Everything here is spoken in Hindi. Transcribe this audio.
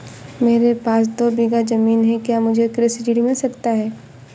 मेरे पास दो बीघा ज़मीन है क्या मुझे कृषि ऋण मिल सकता है?